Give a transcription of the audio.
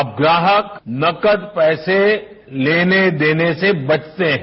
अब ग्राहक नकद पैसे लेने देने से बचते है